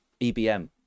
EBM